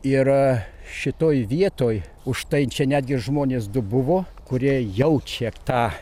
ir šitoj vietoj užtai čia netgi ir žmonės du buvo kurie jaučia tą